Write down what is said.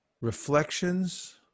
reflections